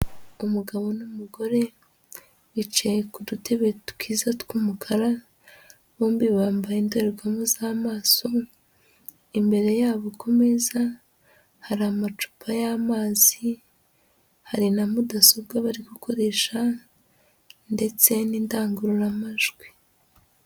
Umugabo n'umugore bicaye ku dutebe twiza tw'umukara, bombi bambaye indorerwamo z'amaso, imbere yabo ku meza hari amacupa y'amazi, hari na mudasobwa bari gukoresha ndetse n'indangururamajwi.